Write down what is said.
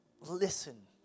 listen